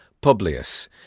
Publius